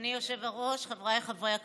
אדוני היושב-ראש, חבריי חברי הכנסת,